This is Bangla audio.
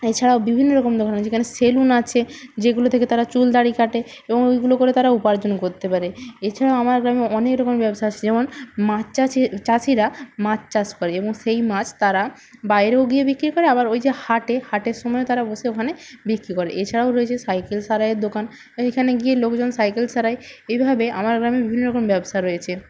এছাড়াও বিভিন্ন রকম দোকান আছে এখানে সেলুন আছে যেগুলো থেকে তারা চুল দাঁড়ি কাটে এবং ওইগুলো করে তারা উপার্জন করতে পারে এছাড়াও আমার গ্রামে অনেক রকম ব্যবসা আছে যেমন মাছ চাষীরা মাছ চাষ করে এবং সেই মাছ তারা বাইরেও গিয়ে বিক্রি করে আবার ওই যে হাটে হাটের সময়েও তারা বসে ওখানে বিক্রি করে এছাড়াও রয়েছে সাইকেল সারাইয়ের দোকান এইখানে গিয়ে লোকজন সাইকেল সারায় এইভাবে আমার গ্রামে বিভিন্ন রকম ব্যবসা রয়েছে